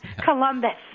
Columbus